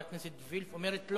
חברת הכנסת וילף אומרת,